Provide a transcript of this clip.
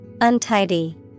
Untidy